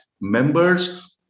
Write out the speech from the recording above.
members